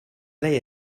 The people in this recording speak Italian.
lei